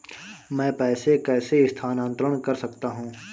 मैं पैसे कैसे स्थानांतरण कर सकता हूँ?